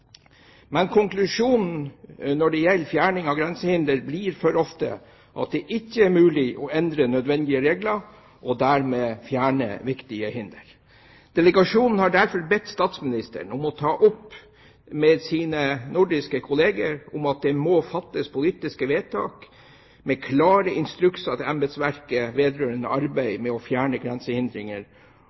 Men konklusjonen når det gjelder fjerning av grensehinder, blir for ofte at det ikke er mulig å endre nødvendige regler og dermed fjerne viktige hinder. Delegasjonen har derfor bedt statsministeren om å ta opp med sine nordiske kolleger at det må fattes politiske vedtak med klare instrukser til embetsverket vedrørende arbeid med å fjerne grensehindringer